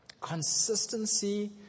Consistency